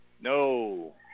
No